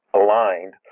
aligned